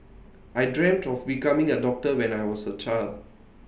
I dreamt of becoming A doctor when I was A child